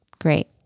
great